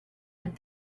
and